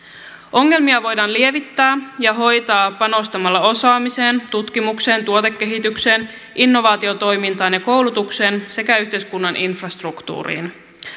ongelmia voidaan lievittää ja hoitaa panostamalla osaamiseen tutkimukseen tuotekehitykseen innovaatiotoimintaan ja koulutukseen sekä yhteiskunnan infrastruktuuriin